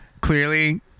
Clearly